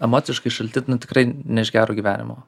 emociškai šalti nu tikrai ne iš gero gyvenimo